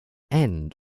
end